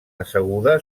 asseguda